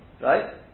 right